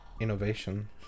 innovation